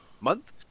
month